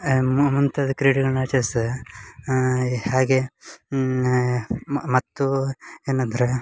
ಮು ಮುಂತಾದ ಕ್ರೀಡೆಗಳನ್ನ ಆಚರಿಸ್ತಾ ಹಾಗೆ ಮತ್ತು ಏನಂದರೆ